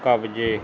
ਕਬਜੇ